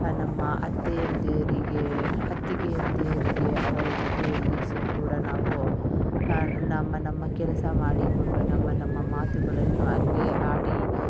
ನಮ್ಮ ಅತ್ತೆಯಂದರಿಗೆ ಅತ್ತಿಗೆಯಂದಿರಿಗೆ ಅವರ ಜೊತೆಯಲ್ಲಿ ಸಹ ಕೂಡ ನಾವು ನಮ್ಮ ನಮ್ಮ ಕೆಲಸ ಮಾಡಿಕೊಂಡು ನಮ್ಮ ನಮ್ಮ ಮಾತುಗಳನ್ನು ಅಲ್ಲೇ ಆಡಿ